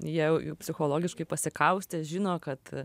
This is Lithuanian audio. jie jau psichologiškai pasikaustę žino kad